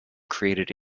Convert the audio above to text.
created